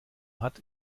hat